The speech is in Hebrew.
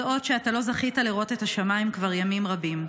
יודעות שאתה לא זכית לראות את השמיים כבר ימים רבים.